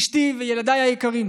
אשתי וילדיי היקרים,